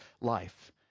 life